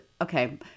okay